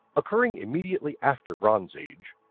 occurring immediately after bronze age,